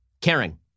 Caring